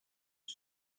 his